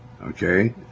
Okay